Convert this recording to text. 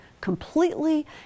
completely